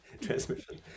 transmission